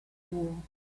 wool